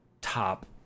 top